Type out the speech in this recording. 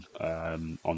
on